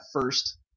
first